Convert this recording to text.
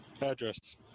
address